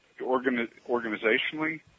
organizationally